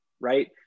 right